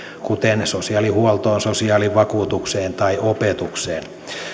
kuten sosiaalihuoltoon sosiaalivakuutukseen tai opetukseen